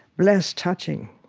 bless touching.